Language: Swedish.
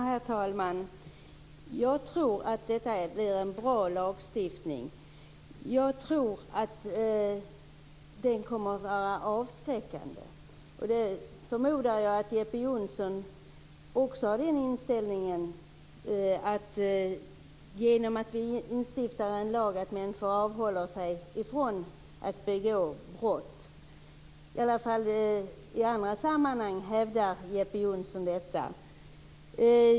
Herr talman! Jag tror att detta blir en bra lagstiftning och att den kommer att vara avskräckande. Jag förmodar att Jeppe Johnsson också har inställningen att genom att vi instiftar en lag avhåller sig människor från att begå brott. I alla fall hävdar Jeppe Johnsson detta i andra sammanhang.